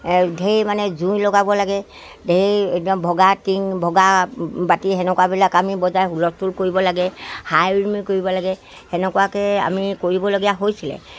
ঢেৰ মানে জুই লগাব লাগে ঢেৰ একদম ভঙা টিং ভঙা বাতি তেনেকুৱাবিলাক আমি বজাই হুলস্থূল কৰিব লাগে হাই উৰুমি কৰিব লাগে তেনেকুৱাকৈ আমি কৰিবলগীয়া হৈছিলে